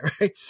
right